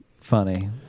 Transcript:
funny